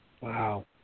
Wow